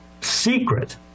secret